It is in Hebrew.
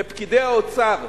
לפקידי האוצר,